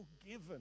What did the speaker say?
forgiven